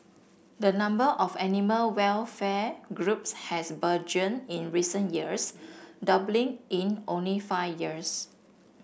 the number of animal welfare groups has burgeoned in recent years doubling in only five years